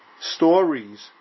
stories